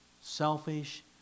selfish